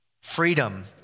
Freedom